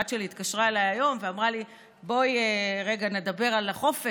הבת שלי התקשרה אליי היום ואמרה לי: בואי רגע נדבר על החופש.